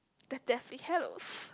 the Deathly Hallows